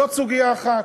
זאת סוגיה אחת,